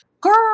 Girl